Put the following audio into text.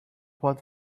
one